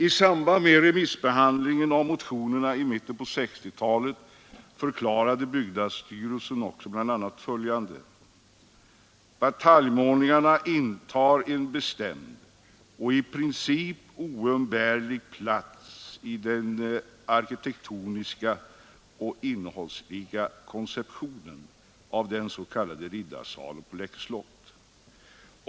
I samband med remissbehandlingen av motionerna i mitten på 1960-talet förklarade byggnadsstyrelsen bl.a. följande: ”Bataljmålningarna intar en bestämd och i princip oumbärlig plats i den arkitektoniska och innehållsliga konceptionen av den s.k. Riddarsalen på Läckö slott.